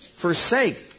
Forsake